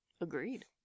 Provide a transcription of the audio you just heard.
Agreed